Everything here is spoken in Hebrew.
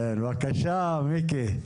כן, בבקשה מיקי.